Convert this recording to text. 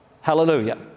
Hallelujah